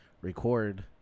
record